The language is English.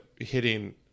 hitting